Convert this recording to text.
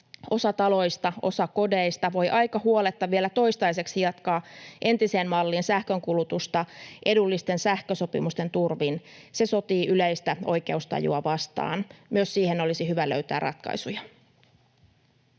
osa taloista, osa kodeista voi aika huoletta vielä toistaiseksi jatkaa entiseen malliin sähkönkulutusta edullisten sähkösopimusten turvin, sotii yleistä oikeustajua vastaan. Myös siihen olisi hyvä löytää ratkaisuja.